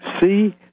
see